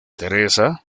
theresa